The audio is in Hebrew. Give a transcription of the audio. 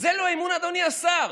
זה לא אי-אמון, אדוני השר?